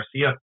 Garcia